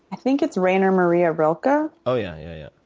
i think it's rainer maria roka? oh, yeah. yeah yeah